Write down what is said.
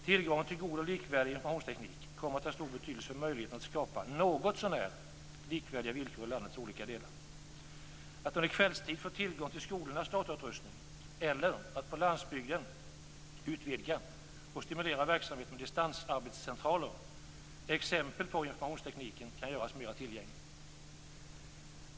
Tillgången till god och likvärdig informationsteknik kommer att ha stor betydelse för möjligheterna att skapa något så när likvärdiga villkor i landets olika delar. Att man under kvällstid får tillgång till skolornas datautrustning eller att man på landsbygden utvidgar och stimulerar verksamheten med distansarbetscentraler är exempel på hur informationstekniken kan göras mer tillgänglig.